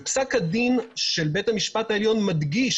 פסק הדין של בית המשפט העליון מדגיש